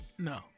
No